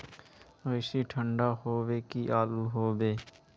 बेसी ठंडा होबे की आलू होबे